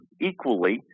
Equally